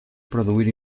produir